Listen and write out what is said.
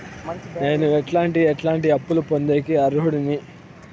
నేను ఎట్లాంటి ఎట్లాంటి అప్పులు పొందేకి అర్హుడిని?